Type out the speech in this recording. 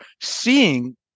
seeing